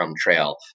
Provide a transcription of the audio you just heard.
trail